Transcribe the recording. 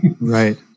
Right